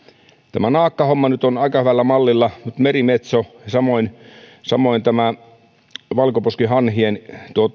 tämä naakkahomma nyt on aika hyvällä mallilla merimetso samoin samoin valkoposkihanhien